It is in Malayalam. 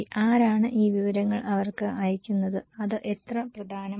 ആരാണ് ഈ വിവരങ്ങൾ അവർക്ക് അയയ്ക്കുന്നത് അത് എത്ര പ്രധാനമാണ്